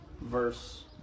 verse